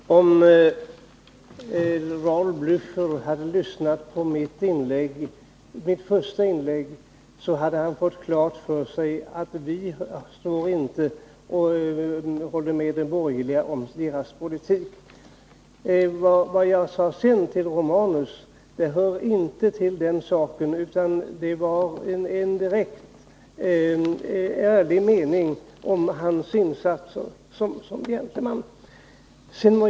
Herr talman! Om Raul Blächer hade lyssnat på mitt första inlägg, hade han fått klart för sig att vi inte håller med de borgerliga om deras politik. Vad jag sedan sade till Gabriel Romanus hör inte till den saken, utan jag uttalade där en ärlig mening om hans insatser inom politiken, där han är en gentleman.